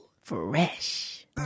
Fresh